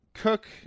Cook